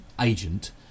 agent